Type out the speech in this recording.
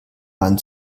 mann